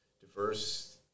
diverse